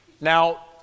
Now